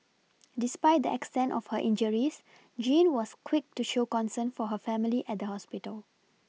despite the extent of her injures Jean was quick to show concern for her family at the hospital